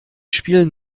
spielen